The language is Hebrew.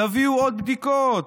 תביאו עוד בדיקות",